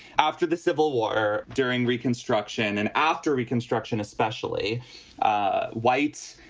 after the civil war or during reconstruction and after reconstruction, especially ah whites,